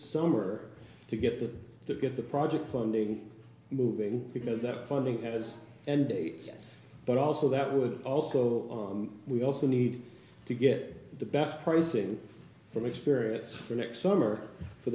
summer to get it to get the project funding moving because the funding has and a yes but also that would also we also need to get the best president from experience for next summer for